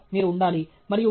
అందువల్ల మీరు ఉండాలి